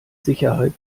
sicherheit